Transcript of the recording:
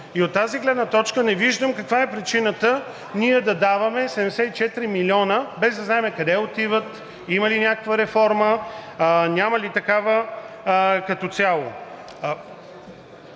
От тази гледна точка не виждам каква е причината ние да даваме 74 милиона, без да знаем къде отиват, има ли някаква реформа, няма ли такава като цяло.